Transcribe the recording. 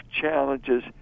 challenges